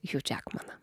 hju džekmaną